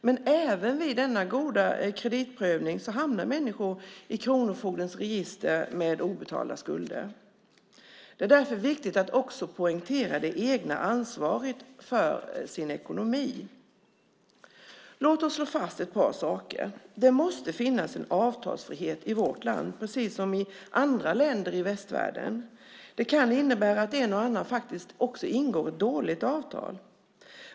Men även vid denna goda kreditprövning hamnar människor i kronofogdens register med obetalda skulder. Det är därför viktigt att också poängtera det egna ansvaret för sin ekonomi. Jag ska slå fast ett par saker: Det måste finnas en avtalsfrihet i vårt land precis som i andra länder i västvärlden. Det kan innebära att en och annan faktiskt också ingår ett dåligt avtal.